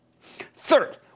Third